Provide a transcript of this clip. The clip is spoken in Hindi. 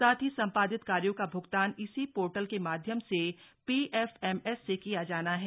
साथ ही सम्पादित कार्यों का भ्गतान इसी पोर्टल के माध्यम से पीएफएमएस से किया जाना है